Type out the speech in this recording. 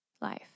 life